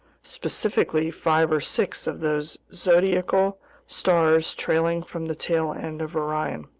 specifically five or six of those zodiacal stars trailing from the tail end of orion.